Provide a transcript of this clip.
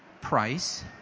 price